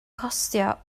costio